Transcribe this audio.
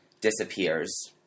disappears